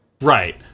Right